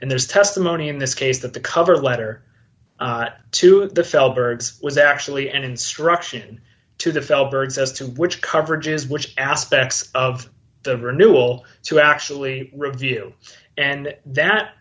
and there's testimony in this case that the cover letter to the fel birds was actually an instruction to the fellow birds as to which coverages which aspects of the renewal to actually review and that